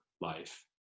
life